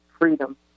freedom